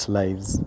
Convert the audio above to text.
lives